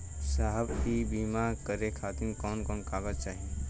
साहब इ बीमा करें खातिर कवन कवन कागज चाही?